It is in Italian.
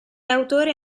autore